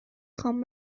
خوام